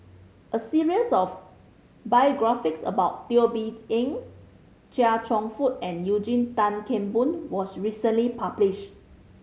a series of biographies about Teo Bee Yen Chia Cheong Fook and Eugene Tan Kheng Boon was recently publish